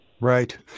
Right